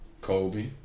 Kobe